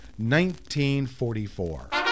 1944